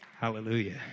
Hallelujah